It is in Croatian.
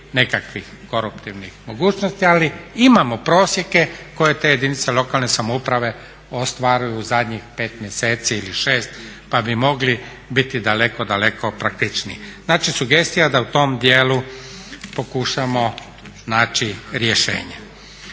nekakvih koruptivnih mogućnosti ali imamo prosjeke koje te jedinice lokalne samouprave ostvaruju u zadnjih 5 mjeseci ili 6 pa bi mogli biti daleko, daleko praktičniji. Znači, sugestija je da u tom dijelu pokušamo naći rješenje.